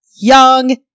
young